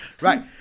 Right